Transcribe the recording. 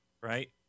right